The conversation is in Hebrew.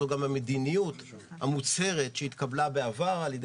זאת גם המדיניות המוצהרת שהתקבלה בעבר על-ידי